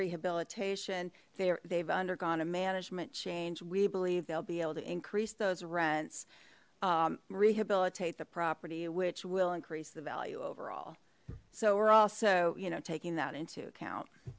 rehabilitation they've undergone a management change we believe they'll be able to increase those rents rehabilitate the property which will increase the value overall so we're also you know taking that into account